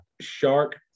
Shark